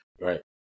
right